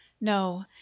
no